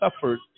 suffered